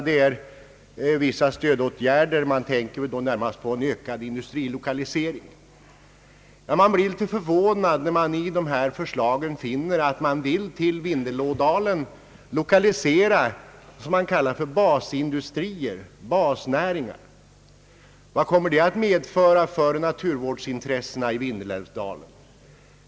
Det är vissa stödåtgärder — man tänker då närmast på en ökad industrilokalisering. Man blir litet förvånad när man i dessa förslag finner att man vill till Vindelälvdalen lokalisera vad man kallar för basindustrier, basnäringar. Vad kommer det att medföra för naturvårdsintressena i Vindelälvsdalen?